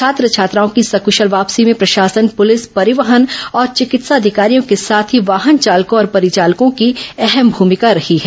छात्र छात्राओं की सकूशल वापसी में प्रशासन पुलिस परिवहन और चिकित्सा अधिकारियों के साथ ही वाहन चालकों और परिचालकों की अहम भूमिका रही है